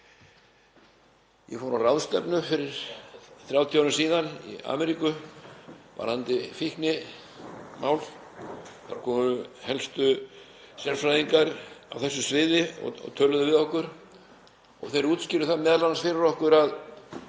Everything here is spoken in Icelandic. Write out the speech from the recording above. Ég fór á ráðstefnu fyrir 30 árum í Ameríku varðandi fíknimál. Þar komu helstu sérfræðingar á þessu sviði og töluðu við okkur. Þeir útskýrðu það m.a. fyrir okkur að